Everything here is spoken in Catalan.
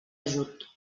ajut